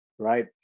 right